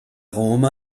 roma